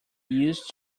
used